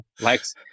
likes